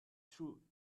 true